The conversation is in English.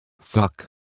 fuck